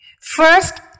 First